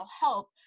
help